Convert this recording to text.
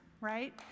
right